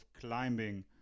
climbing